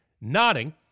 Nodding